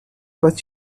but